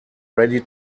ready